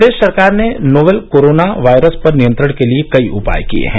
प्रदेश सरकार ने novel corona virus पर नियंत्रण के लिए कई उपाय किए हैं